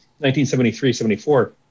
1973-74